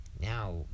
now